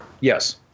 Yes